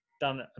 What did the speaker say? done